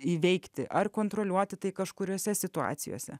įveikti ar kontroliuoti tai kažkuriose situacijose